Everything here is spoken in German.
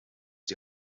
die